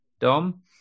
dom